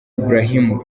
ibrahim